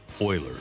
Oilers